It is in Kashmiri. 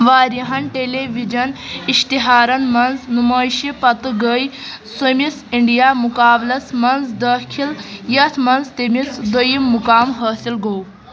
واریاہَن ٹیلی وِجن اِشتِہارن منٛز نُمائشہِ پتہٕ گیۍ سۄ مِس انڈیا مقابلس منٛز دٲخل یتھ منٛز تٔمِس دۄیِم مُقام حٲصِل گوٚو